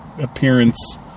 appearance